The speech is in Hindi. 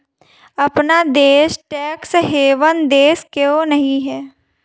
अपना देश टैक्स हेवन देश क्यों नहीं है?